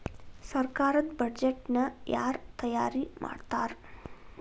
ಸರ್ಕಾರದ್ ಬಡ್ಜೆಟ್ ನ ಯಾರ್ ತಯಾರಿ ಮಾಡ್ತಾರ್?